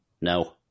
no